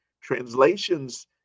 translations